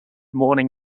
morning